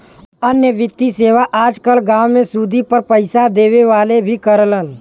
अन्य वित्तीय सेवा आज कल गांव में सुदी पर पैसे देवे वाले भी करलन